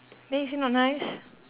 then you say not nice